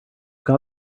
got